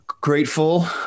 grateful